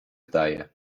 daje